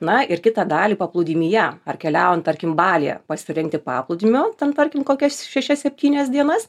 na ir kitą dalį paplūdimyje ar keliaujant tarkim balyje pasirengti paplūdimio ten tarkim kokias šešias septynias dienas